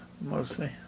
mostly